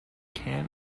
can